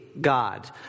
God